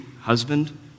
husband